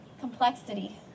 complexity